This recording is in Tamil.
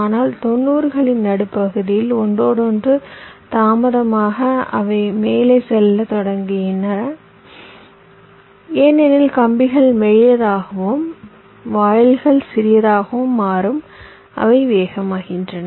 ஆனால் 90 களின் நடுப்பகுதியில் ஒன்றோடொன்று தாமதமாக அவை மேலே செல்லத் தொடங்கின ஏனெனில் கம்பிகள் மெல்லியதாகவும் வாயில்கள் சிறியதாகவும் மாறும் அவை வேகமாகின்றன